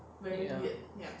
ya